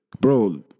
bro